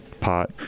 pot